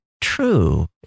true